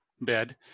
bed